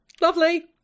lovely